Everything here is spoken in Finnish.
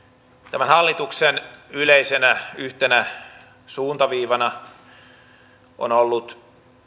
tämän hallituksen yleisenä yhtenä suuntaviivana on ollut